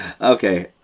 Okay